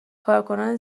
کارکنان